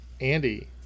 Andy